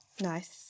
Nice